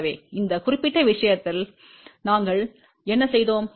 எனவே இந்த குறிப்பிட்ட விஷயத்தில் நாங்கள் என்ன செய்தோம்